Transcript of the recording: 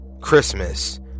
Christmas